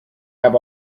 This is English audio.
have